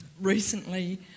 Recently